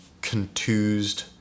contused